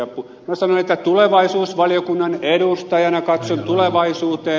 minä sanoin että tulevaisuusvaliokunnan edustajana katson tulevaisuuteen